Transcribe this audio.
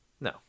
No